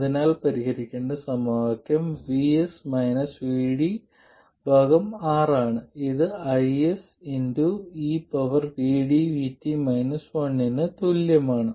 അതിനാൽ പരിഹരിക്കേണ്ട സമവാക്യം R ആണ് ഇത് IS ന് തുല്യമാണ്